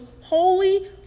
holy